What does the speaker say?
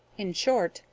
in short,